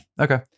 okay